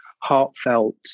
heartfelt